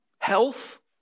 health